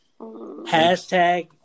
Hashtag